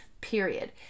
period